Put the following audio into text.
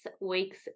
week's